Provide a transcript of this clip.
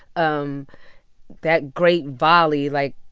um that great volley, like,